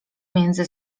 między